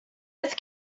its